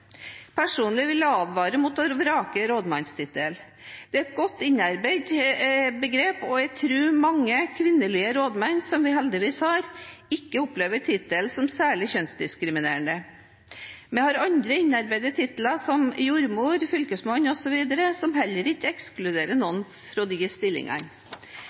Personlig vil jeg advare mot å vrake rådmannstittelen. Det er et godt innarbeidet begrep, og jeg tror de mange kvinnelige rådmenn som vi heldigvis har, ikke opplever tittelen som særlig kjønnsdiskriminerende. Vi har andre innarbeidede titler, som jordmor og fylkesmann osv., som heller ikke ekskluderer noen fra de stillingene.